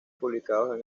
publicados